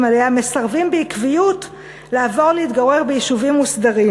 עליה מסרבים בעקביות לעבור להתגורר ביישובים מוסדרים?